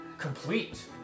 complete